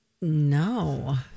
No